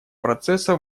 процесса